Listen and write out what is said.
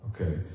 Okay